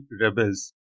rebels